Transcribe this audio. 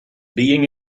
being